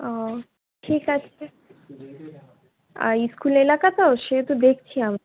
ও ঠিক আছে আই স্কুল এলাকা তো সেহেতু দেখছি আমরা